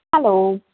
hello